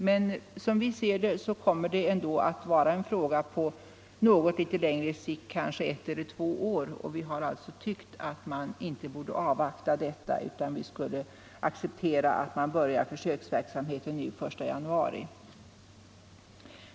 Men som vi ser detta kommer det ändå att vara en fråga på något längre sikt — kanske ett eller två år — och vi har därför ansett att man inte borde avvakta så länge utan acceptera att försöksverksamheten börjar den 1 januari 1975.